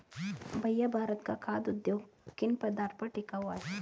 भैया भारत का खाघ उद्योग किन पदार्थ पर टिका हुआ है?